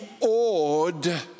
awed